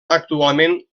actualment